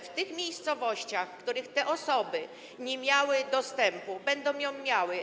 W miejscowościach, w których te osoby nie miały dostępu, będą go miały.